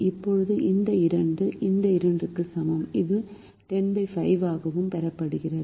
இப்போது இந்த 2 இந்த 2 க்கு சமம் இது 105 ஆகவும் பெறப்பட்டது